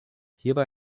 hierbei